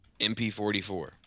MP44